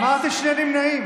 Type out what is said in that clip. אמרתי, שני נמנעים.